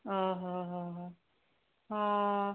ଓହୋ ହୋ ହୋ ହଁ